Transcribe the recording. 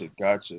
Gotcha